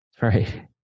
right